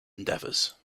endeavors